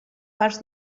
parts